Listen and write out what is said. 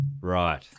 Right